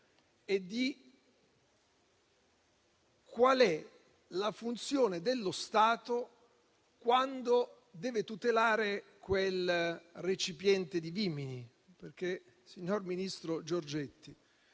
e di qual è la funzione dello Stato, quando deve tutelare quel recipiente di vimini. Signor ministro Giorgetti,